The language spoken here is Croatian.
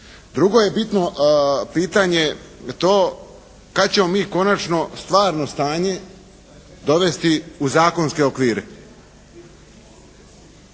Drugo je bitno pitanje to kad ćemo mi konačno stvarno stanje dovesti u zakonske okvire?